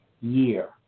year